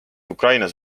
ukrainas